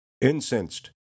Incensed